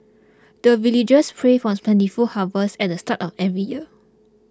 the villagers pray for plentiful harvest at the start of every year